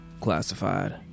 Classified